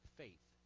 faith